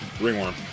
Ringworm